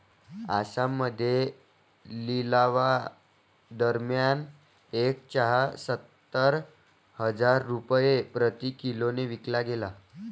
आसाममध्ये लिलावादरम्यान एक चहा सत्तर हजार रुपये प्रति किलोने विकला गेला